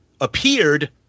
appeared